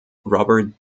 robert